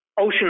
ocean